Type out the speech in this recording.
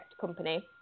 company